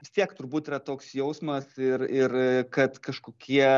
vis tiek turbūt yra toks jausmas ir ir kad kažkokie